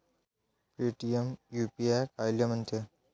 Paytm UPI कायले म्हनते?